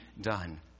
done